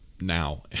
now